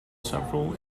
several